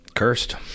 cursed